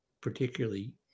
particularly